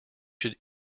should